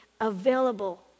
available